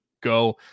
go